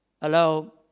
Hello